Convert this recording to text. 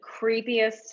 creepiest